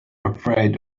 afraid